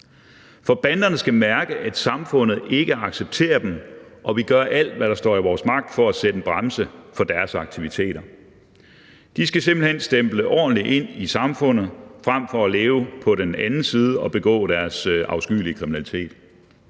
For banderne skal mærke, at samfundet ikke accepterer dem, og at vi gør alt, hvad der står i vores magt, for at sætte en bremse for deres aktiviteter. De skal simpelt hen stemple ordentligt ind i samfundet frem for at leve på den anden side og begå deres afskyelige kriminalitet.